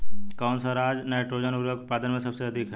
कौन सा राज नाइट्रोजन उर्वरक उत्पादन में सबसे अधिक है?